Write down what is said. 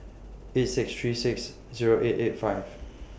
eight six three six Zero eight eight five